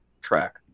track